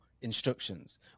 instructions